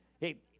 hey